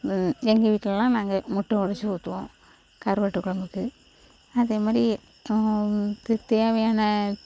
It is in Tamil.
இந்த எங்கள் வீட்டிலலாம் நாங்கள் முட்டை உடச்சி ஊற்றுவோம் கருவாட்டு கொழம்புக்கு அதே மாதிரி நமக்கு தேவையான